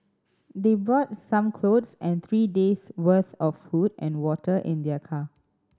they brought some clothes and three days' worth of food and water in their car